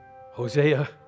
Hosea